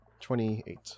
Twenty-eight